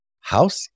house